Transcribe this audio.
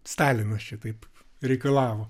stalinas šitaip reikalavo